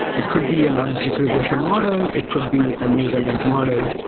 it could be a logistic regression model. it could be a neural net model.